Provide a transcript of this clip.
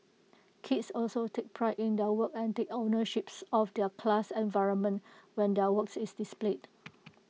kids also take pride in their work and take ownership of their class environment when their work is displayed